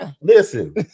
Listen